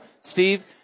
Steve